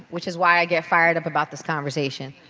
which is why i get fired up about this conversation.